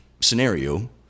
scenario